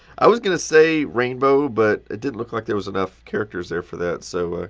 i was going to say rainbow, but it didn't look like there was enough characters there for that, so